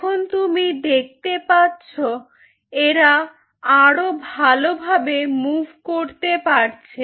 এখন তুমি দেখতে পাচ্ছো এরা আরো ভালোভাবে মুভ্ করতে পারছে